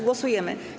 Głosujemy.